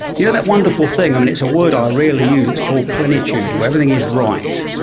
you know that wonderful thing. and it's a word i rarely use, it's called plenitude, where everything is right.